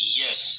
yes